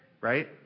Right